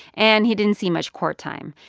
and he didn't see much court time.